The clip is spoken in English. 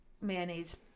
mayonnaise